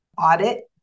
audit